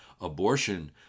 abortion